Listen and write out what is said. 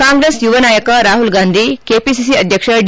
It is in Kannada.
ಕಾಂಗ್ರೆಸ್ ಯುವ ನಾಯಕ ರಾಹುಲ್ ಗಾಂಧಿ ಕೆಪಿಸಿಸಿ ಅಧ್ಯಕ್ಷ ಡಿ